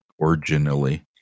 originally